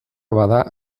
bada